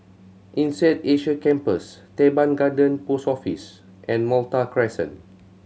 INSEAD Asia Campus Teban Garden Post Office and Malta Crescent